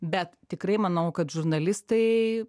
bet tikrai manau kad žurnalistai